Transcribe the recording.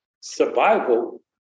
survival